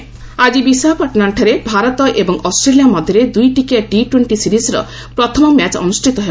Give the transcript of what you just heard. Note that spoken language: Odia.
କ୍ରିକେଟ୍ ଆଜି ବିଶାଖାପଟନମ୍ଠାରେ ଭାରତ ଏବଂ ଅଷ୍ଟ୍ରେଲିଆ ମଧ୍ୟରେ ଦ୍ରଇଟିକିଆ ଟି ଟୋଣ୍ଟି ସିରିଜ୍ର ପ୍ରଥମ ମ୍ୟାଚ୍ ଅନୃଷ୍ଠିତ ହେବ